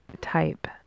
type